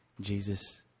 Jesus